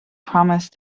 promised